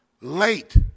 late